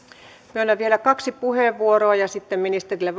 myönnän vielä kaksi puheenvuoroa ja sitten ministerille